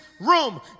room